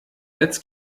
als